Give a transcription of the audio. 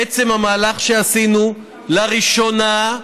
בעצם, המהלך שעשינו, לראשונה,